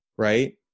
right